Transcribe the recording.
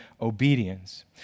obedience